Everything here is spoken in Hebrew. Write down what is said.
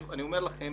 אני אומר לכם,